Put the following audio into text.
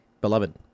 beloved